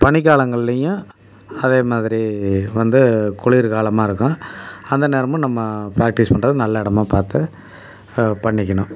பனிக்காலங்கள்லேயும் அதே மாதிரி வந்து குளிர் காலமாக இருக்கும் அந்த நேரமும் நம்ம ப்ராக்டிஸ் பண்ணுறதுக்கு நல்ல இடமா பார்த்து பண்ணிக்கணும்